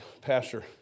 pastor